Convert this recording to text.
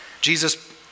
Jesus